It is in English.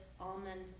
almond